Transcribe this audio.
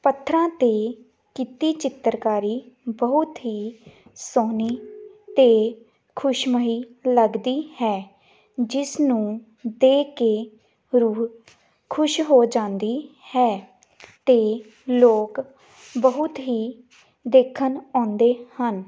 ਪੱਥਰਾਂ 'ਤੇ ਕੀਤੀ ਚਿੱਤਰਕਾਰੀ ਬਹੁਤ ਹੀ ਸੋਹਣੀ ਅਤੇ ਖੁਸ਼ਮਈ ਲੱਗਦੀ ਹੈ ਜਿਸ ਨੂੰ ਦੇਖ ਕੇ ਰੂਹ ਖੁਸ਼ ਹੋ ਜਾਂਦੀ ਹੈ ਅਤੇ ਲੋਕ ਬਹੁਤ ਹੀ ਦੇਖਣ ਆਉਂਦੇ ਹਨ